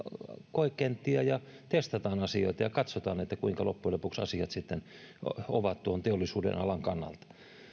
koekenttiä ja testata asioita ja katsoa kuinka loppujen lopuksi asiat sitten ovat tuon teollisuudenalan kannalta